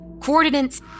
Coordinates